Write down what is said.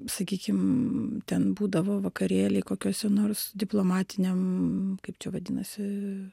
sakykim ten būdavo vakarėliai kokiuose nors diplomatiniam kaip čia vadinasi